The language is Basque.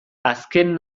azken